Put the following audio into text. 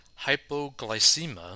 hypoglycemia